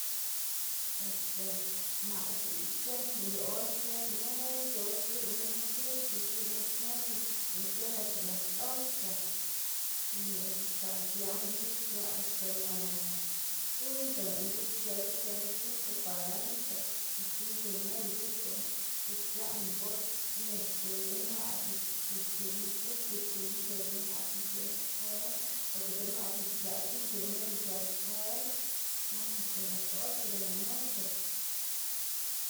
Este naꞌ xgësná yu or xgësná nënc̲h̲o xwiyná lo noticia xwiyná lo tele lëꞌná xgës axta las doce ga sianá lëꞌna c̲h̲usche axta las cinco lëꞌná c̲h̲usche, c̲h̲uschená cinco cuarenteta la cinco y media c̲h̲uschená c̲h̲usdzëꞌná bot nis c̲h̲ey demëꞌdná o xchugná fruta xchugná c̲h̲ey demëꞌdná sia xkwel boke demëꞌdná xc̲h̲aꞌ cinco y media xia xkwel xlan axta las ocho de la noche.